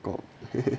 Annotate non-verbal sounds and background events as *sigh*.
got *laughs*